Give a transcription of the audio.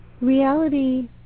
reality